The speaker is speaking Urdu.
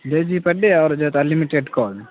ڈیڑھ جی بی پر ڈے اور جو ہے انلمیٹیڈ کال